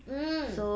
mm